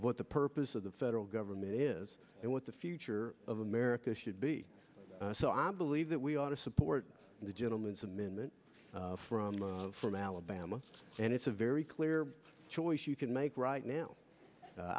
of what the purpose of the federal government is and what the future of america should be so i believe that we ought to support the gentleman some in that from from alabama and it's a very clear choice you can make right now i